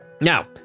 Now